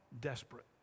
desperate